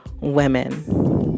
women